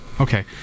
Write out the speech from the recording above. Okay